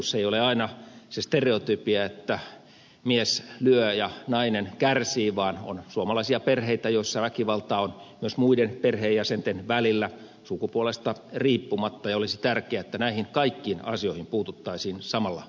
se ei ole aina se stereotypia että mies lyö ja nainen kärsii vaan on suomalaisia perheitä joissa väkivaltaa on myös muiden perheenjäsenten välillä sukupuolesta riippumatta ja olisi tärkeää että näihin kaikkiin asioihin puututtaisiin samalla vakavuudella